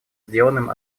сделанным